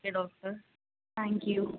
okay doctor thank you